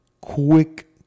quick